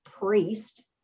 priest